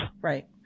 right